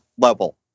level